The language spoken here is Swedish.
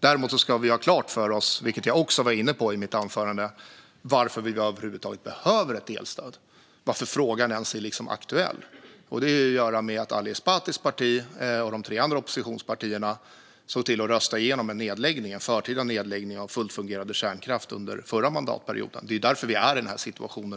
Vi ska dock ha klart för oss, vilket jag också var inne på i mitt anförande, varför vi över huvud taget behöver ett elstöd - varför frågan ens är aktuell. Det har att göra med att Ali Esbatis parti och de tre andra oppositionspartierna såg till att rösta igenom en förtida nedläggning av fullt fungerande kärnkraft under förra mandatperioden. Det är därför vi är i den här situationen.